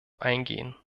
eingehen